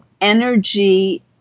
energy